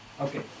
Okay